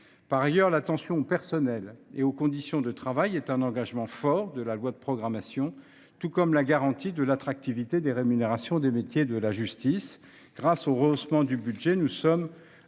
Par ailleurs, l’attention aux personnels et aux conditions de travail est un engagement fort de la loi d’orientation et de programmation, tout comme la garantie de l’attractivité des rémunérations des métiers de la justice. Grâce au rehaussement du budget, nous sommes